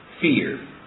fear